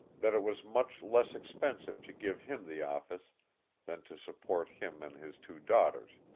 that it was much less expensive to give him the office than to support him and his two daughters,